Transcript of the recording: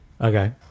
Okay